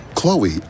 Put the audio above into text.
Chloe